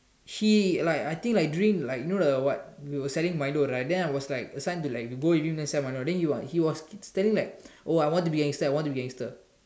he like I think drink like you know the what we were selling Milo right then I was like assigned to like go with him to sell Milo then he was he was keep telling like oh I want to be gangster I want to be gangster